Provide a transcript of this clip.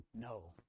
No